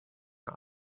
not